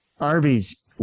Arby's